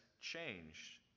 changed